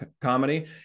comedy